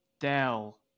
Dell